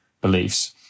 beliefs